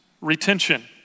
retention